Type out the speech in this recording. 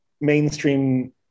mainstream